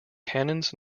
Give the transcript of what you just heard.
cannons